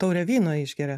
taurę vyno išgeria